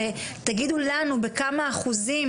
תגידו לנו בכמה אחוזים,